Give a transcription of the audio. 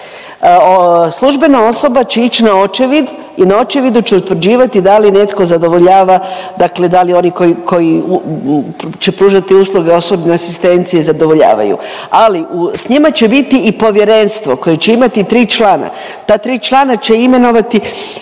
Službena osoba će ići na očevid i na očevidu će utvrđivati da li netko zadovoljava, dakle da li oni koji će pružati usluge osobne asistencije zadovoljavaju. Ali, u, s njima će biti i povjerenstvo koje će imati 3 člana. Ta 3 članak će imenovati